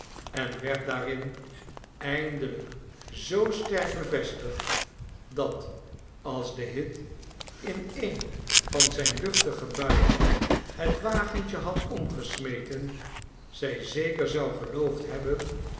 en werd daarin eindelijk zoo sterk bevestigd dat als de hit in een van zijne luchtige buien het wagentje had omgesmeten zij zeker zou geloofd hebben